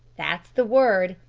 that's the word,